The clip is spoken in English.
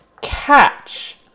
catch